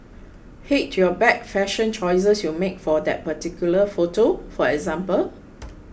hate your bad fashion choices you made for that particular photo for example